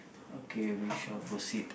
okay we shall proceed